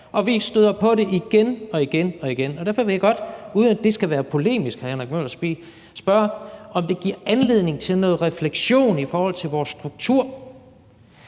og vi støder på det igen og igen. Og derfor vil jeg godt, uden at det skal være polemisk, hr. Henrik Møller, spørge, om det giver anledning til noget refleksion i forhold til vores struktur,